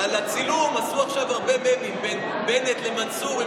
על הצילום עשו עכשיו הרבה ממים, בין בנט למנסור.